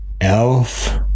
Elf